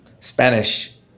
Spanish